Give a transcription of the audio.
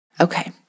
Okay